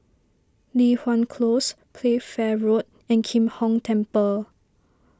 Li Hwan Close Playfair Road and Kim Hong Temple